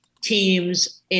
teams